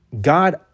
God